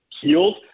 healed